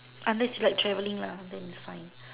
unless you like traveling ah then it's fine